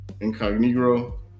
incognito